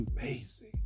amazing